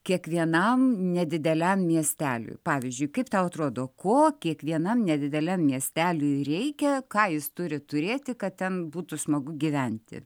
kiekvienam nedideliam miesteliui pavyzdžiui kaip tau atrodo ko kiekvienam nedideliam miesteliui reikia ką jis turi turėti kad ten būtų smagu gyventi